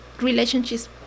relationships